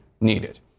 needed